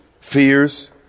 fears